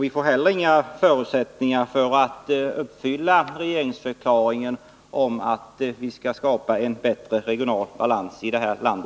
Vi får heller inga förutsättningar för att uppnå regeringsförklaringens mål att skapa en bättre regional balans i detta land.